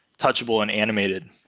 touchable and animated.